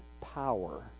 power